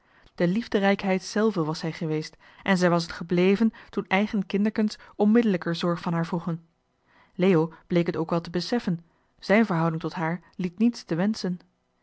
de liefderijkheid zelve was zij geweest en zij was het gebleven toen eigen kinderkens onmiddellijker zorg van haar vroegen leo bleek het ook wel te beseffen zijn verhouding tot haar liet niets te wenschen